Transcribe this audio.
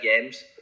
games